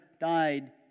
died